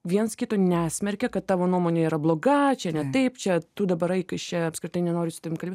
viens kito nesmerkia kad tavo nuomonė yra bloga čia ne taip čia tu dabar eik iš čia apskritai nenoriu su tavim kalb